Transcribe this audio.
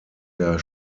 der